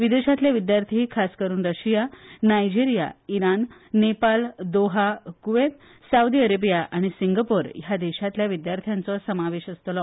विदेशातले विद्यार्थी खासा करुन Russia Nigeria Iran Nepal Doha Kuwait Saudi Arabia आनी सिंगापोर ह्या देशातल्या विद्यार्थ्यांचो समावेश आसतलो